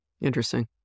Interesting